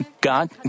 God